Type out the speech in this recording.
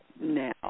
now